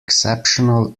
exceptional